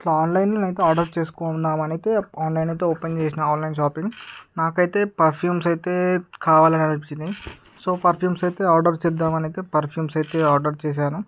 ఇట్లా ఆన్లైన్లోనైతే ఆర్డరు చేసుకుందాం అని అయితే ఆన్లైన్ అయితే ఓపెన్ చేసిన ఆన్లైన్ షాపింగ్ నాకు అయితే పర్ఫ్యూమ్స్ అయితే కావాలి అనిపించింది సో పర్ఫ్యూమ్స్ అయితే ఆర్డరు చేద్దాం అని అయితే పర్ఫ్యూమ్స్ అయితే ఆర్డరు చేశాను